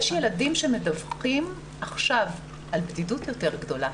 יש ילדים שמדווחים עכשיו על בדידות יותר גדולה,